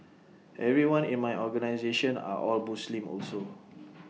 everyone in my organisation are all Muslim also